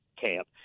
camp